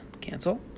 cancel